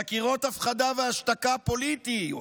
חקירות הפחדה והשתקה פוליטיות